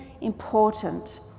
important